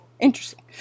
interesting